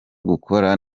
gukora